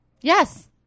Yes